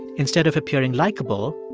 instead of appearing likable,